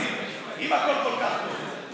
איציק: אם הכול כל כך טוב,